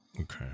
Okay